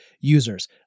users